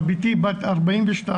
בתי בת 42,